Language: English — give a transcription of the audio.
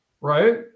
Right